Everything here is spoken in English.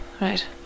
Right